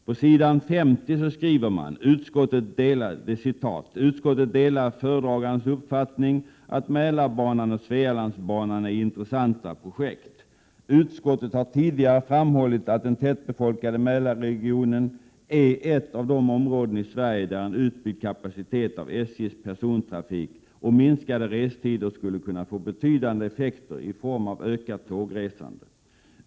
På s. 50 skriver man: ”Utskottet delar föredragandens uppfattning att Mälarbanan och Svealandsbanan är intressanta projekt. Utskottet har tidigare framhållit att den tätbefolkade Mälarregionen är ett av de områden i Sverige där en utbyggd kapacitet av SJ:s persontrafik och minskade restider skulle kunna få betydande effekter i form av ökat tågresande.